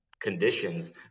conditions